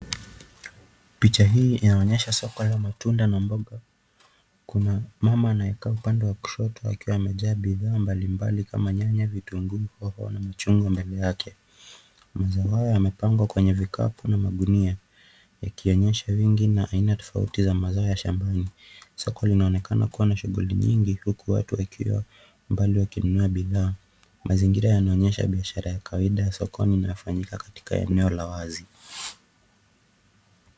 Picha hii inaonyesha soko la matunda na mboga, kuna mama anayekaa upande wa kushoto akiwa amejaa bidhaa mbalimbali kama nyanya, vitunguu , hoho na machungwa mbele yake. Mazao hayo yamepangwa kwenye vikapu na magunia yakionyesha wingi na aina tofauti za mazao ya shambani. Soko linaonekana kuwa na shughuli nyingi huku watu wakiwa mbali wakinunua bidhaa. Mazingira yanaonyesha biashara ya kawaida ya sokoni inayofanyika katika eneo la wazi.